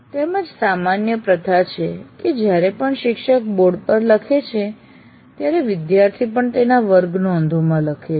તેમજ સામાન્ય પ્રથા છે કે જ્યારે પણ શિક્ષક બોર્ડ પર લખે છે ત્યારે વિદ્યાર્થી પણ તેના વર્ગનોંધોમાં લખે છે